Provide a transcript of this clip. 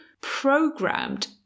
programmed